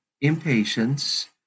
impatience